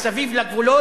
מסביב לגבולות.